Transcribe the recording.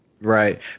Right